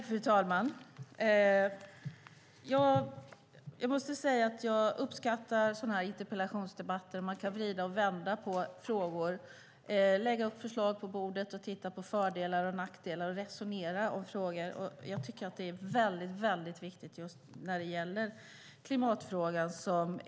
Fru talman! Jag uppskattar sådana här interpellationsdebatter. Man kan vrida och vända på frågor, komma med förslag, titta på fördelar och nackdelar och resonera om frågor. Jag tycker att det är väldigt viktigt just när det gäller klimatfrågan.